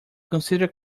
consider